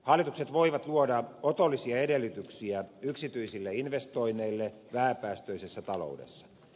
hallitukset voivat luoda otollisia edellytyksiä yksityisille investoinneille vähäpäästöisessä taloudessa